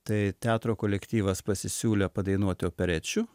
tai teatro kolektyvas pasisiūlė padainuoti operečių